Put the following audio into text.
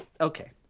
Okay